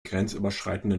grenzüberschreitenden